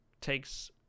takes